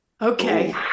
Okay